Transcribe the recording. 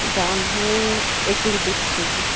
जाम है eighty rupees K जी